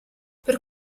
per